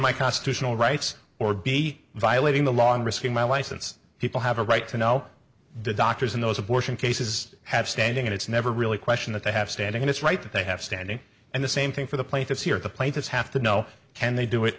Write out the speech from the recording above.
my constitutional rights or be violating the law i'm risking my license people have a right to know the doctors in those abortion cases have standing and it's never really a question that they have standing and it's right that they have standing and the same thing for the plaintiffs here the plaintiffs have to know can they do it